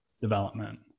development